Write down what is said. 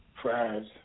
Fries